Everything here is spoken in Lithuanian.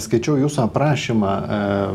skaičiau jūsų aprašymą